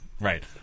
Right